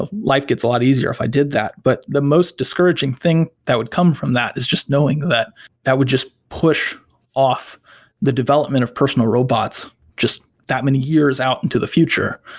ah life gets a lot easier if i did that, but the most discouraging thing that would come from that is just knowing that that would just push off the development of personal robots just that many years out into the future.